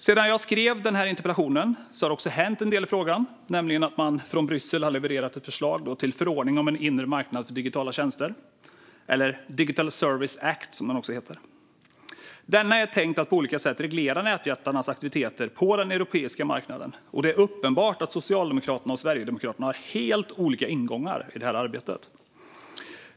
Sedan jag skrev denna interpellation har det också hänt en del i frågan, nämligen att man från Bryssel har levererat ett förslag till förordning om en inre marknad för digitala tjänster eller Digital Service Act, som den också heter. Denna är tänkt att på olika sätt reglera nätjättarnas aktiviteter på den europeiska marknaden, och det är uppenbart att Socialdemokraterna och Sverigedemokraterna har helt olika ingångar i detta arbete.